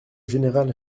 général